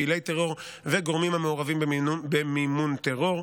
פעילי טרור וגורמים המעורבים במימון טרור.